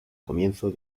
comienzo